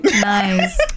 Nice